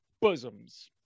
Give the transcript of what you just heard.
bosoms